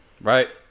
right